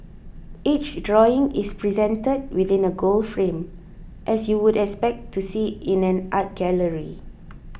each drawing is presented within a gold frame as you would expect to see in an art gallery